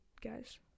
guys